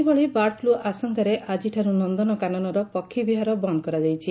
ସେହିଭଳି bird flu ଆଶଙ୍କାରେ ଆଜିଠାରୁ ନନନକାନନର ପକ୍ଷୀବିହାର ବନ୍ଦ କରାଯାଇଛି